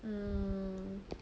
mm